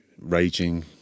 raging